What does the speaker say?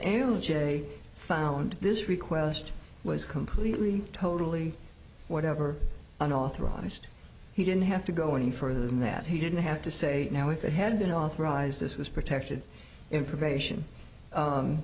they found this request was completely totally whatever unauthorized he didn't have to go any further than that he didn't have to say now if it had been authorized this was protected information